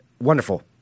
Wonderful